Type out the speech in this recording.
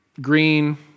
green